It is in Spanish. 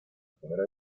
primera